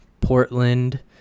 Portland